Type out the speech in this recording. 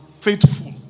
faithful